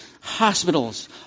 hospitals